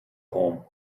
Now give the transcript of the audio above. home